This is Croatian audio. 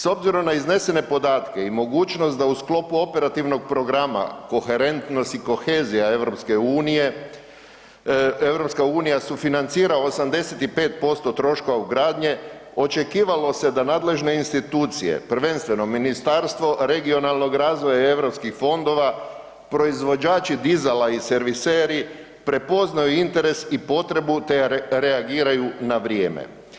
S obzirom na iznesene podatke i mogućnost da u sklopu operativnog programa koherentnost i kohezija EU, EU sufinancira 85% troškova ugradnje, očekivalo se da nadležne institucije, prvenstveno Ministarstvo regionalnog razvoja i europskih fondova, proizvođači dizala i serviseri prepoznaju interes i potrebu, te reagiraju na vrijeme.